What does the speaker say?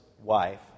wife